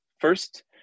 First